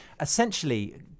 Essentially